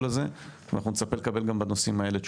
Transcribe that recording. הזה ואנחנו נצפה לקבל גם בנושאים האלה תשובות.